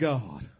God